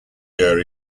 year